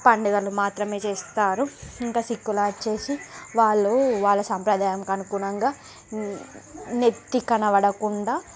పండుగలు మాత్రమే చేస్తారు ఇంకా సిక్కులు వచ్చేసి వాళ్ళు వాళ్ళ సంప్రదాయంకి అనుగుణంగా నెత్తి కనపడకుండా